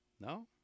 No